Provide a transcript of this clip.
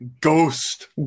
Ghost